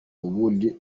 ubundi